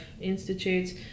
institutes